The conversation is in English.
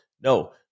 no